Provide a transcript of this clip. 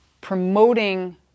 promoting